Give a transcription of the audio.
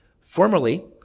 formerly